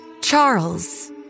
Charles